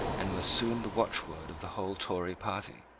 and was soon the watchword of the whole tory party.